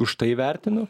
už tai vertinu